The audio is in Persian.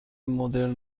مدرن